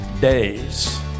days